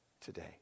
today